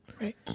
Right